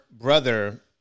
brother